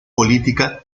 política